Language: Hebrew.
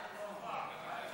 של חבר הכנסת